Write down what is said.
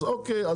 אז אוקיי,